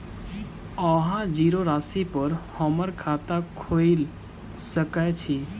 अहाँ जीरो राशि पर हम्मर खाता खोइल सकै छी?